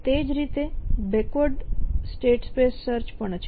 તે જ રીતે બેકવર્ડ સ્ટેટ સ્પેસ સર્ચ પણ છે